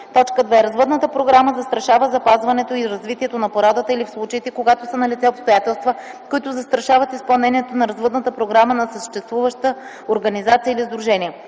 развъдната програма застрашава запазването и развитието на породата или в случаите, когато са налице обстоятелства, които застрашават изпълнението на развъдната програма на съществуваща организация или сдружение;”.